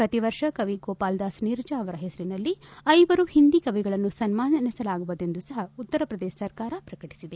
ಪ್ರತಿ ವರ್ಷ ಕವಿ ಗೋಪಾಲದಾಸ್ ನೀರಜ್ ಅವರ ಹೆಸರಿನಲ್ಲಿ ಐವರು ಹಿಂದಿ ಕವಿಗಳನ್ನು ಸನ್ನಾನಿಸಲಾಗುವುದೆಂದು ಸಹ ಉತ್ತರ ಪ್ರದೇಶ ಸರ್ಕಾರ ಪ್ರಕಟಿಸಿದೆ